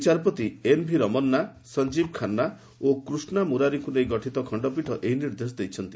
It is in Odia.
ବିଚାରପତି ଏନଭି ରମନ୍ନା ସଞ୍ଚୀବ ଖାନ୍ନା ଓ କୃଷ୍ଠା ମୁରାରୀଙ୍କୁ ନେଇ ଗଠିତ ଖଖପୀଠ ଏହି ନିର୍ଦ୍ଦେଶ ଦେଇଛନ୍ତି